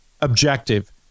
objective